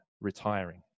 retiring